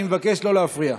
אני מבקש לא להפריע.